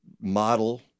model